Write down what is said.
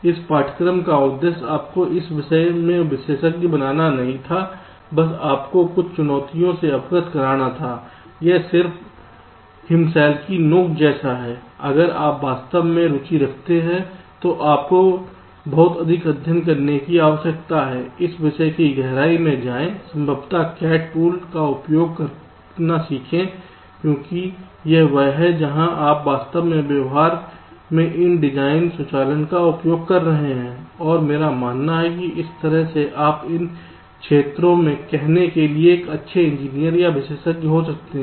इस पाठ्यक्रम का उद्देश्य आपको इस विषय में विशेषज्ञ बनाना नहीं था बस आपको कुछ चुनौतियों से अवगत कराना था यह सिर्फ हिमशैल की नोक है अगर आप वास्तव में रुचि रखते हैं तो आपको बहुत अधिक अध्ययन करने की आवश्यकता है इस विषय की गहराई में जाएं संभवतः CAD टूल का उपयोग करना सीखें क्योंकि यह वहां है जहां आप वास्तव में व्यवहार में इन डिजाइन स्वचालन का उपयोग कर रहे हैं और मेरा मानना है कि इस तरह से आप इन क्षेत्रों में कहने के लिए एक अच्छे इंजीनियर या विशेषज्ञ हो सकते हैं